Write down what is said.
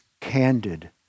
candid